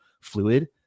fluid